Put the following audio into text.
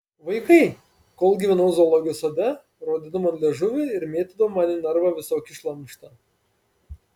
vaikai kol gyvenau zoologijos sode rodydavo man liežuvį ir mėtydavo man į narvą visokį šlamštą